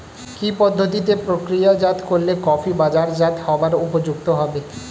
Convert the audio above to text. কি পদ্ধতিতে প্রক্রিয়াজাত করলে কফি বাজারজাত হবার উপযুক্ত হবে?